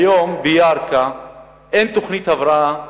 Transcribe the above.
היום בירכא אין תוכנית הבראה,